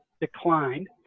declined